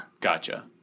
Gotcha